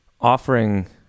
offering